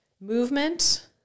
movement